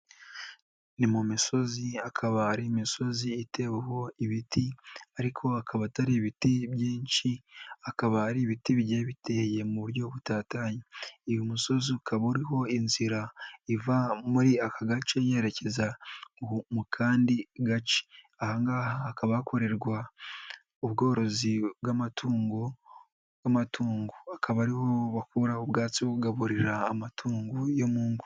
Ni mu misozi akaba ari imisozi iteweho ibiti ariko akaba atari ibiti byinshi akaba ari ibiti bigiye biteye mu buryo buatatanye, uyu musozi ukaba uriho inzira iva muri aka gace yerekeza mu kandi gace, aha ngaha hakaba hakorerwa ubworozi bw'amatungo, bw'amatungo, akaba ari ho bakura ubwatsi bwo kugaburira amatungo yo mu ngo.